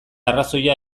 arrazoia